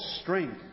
strength